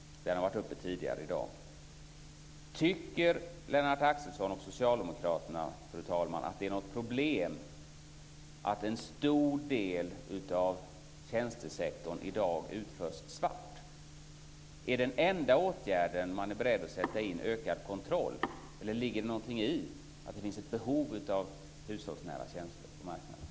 Den har varit uppe tidigare i dag, fru talman. Tycker Lennart Axelsson och Socialdemokraterna att det är ett problem att en stor del av tjänstesektorn i dag utförs svart? Är den enda åtgärden man är beredd att sätta in ökad kontroll, eller ligger det någonting i att det finns ett behov av hushållsnära tjänster på marknaden?